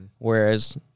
Whereas